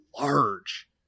large –